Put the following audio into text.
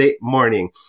morning